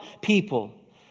people